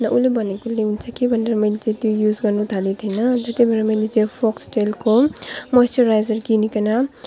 ल उसले भनेकोले हुन्छ कि भनेर मैले चाहिँ त्यो युज गर्नु थालेको थिएँ होइन अन्त त्यही भएर मैले चाहिँ फोक्सटेलको मोइस्चराइजर किनिकन